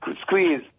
Squeeze